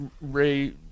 Ray